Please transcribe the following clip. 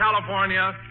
California